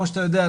כמו שאתה יודע,